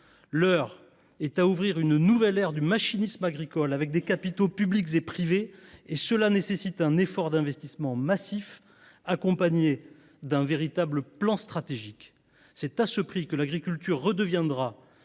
L’heure est à l’ouverture d’une nouvelle ère du machinisme agricole, mobilisant des capitaux publics et privés. Or cela nécessite un effort d’investissement massif, accompagné d’un véritable plan stratégique. C’est à ce prix que l’agriculture redeviendra